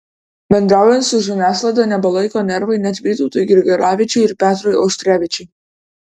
bendraujant su žiniasklaida nebelaiko nervai net vytautui grigaravičiui ir petrui auštrevičiui